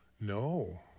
No